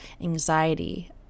anxiety